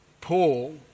Paul